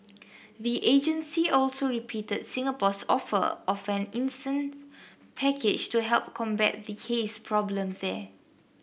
the agency also repeated Singapore's offer of an instance package to help combat the haze problem there